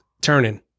turning